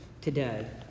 today